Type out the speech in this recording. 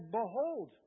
Behold